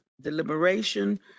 deliberation